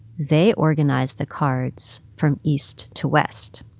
they organized the cards from east to west.